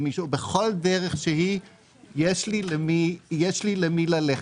בכל דרך שהיא יש לי למי ללכת.